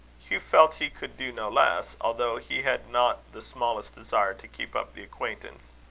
hugh felt he could do no less, although he had not the smallest desire to keep up the acquaintance.